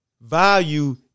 value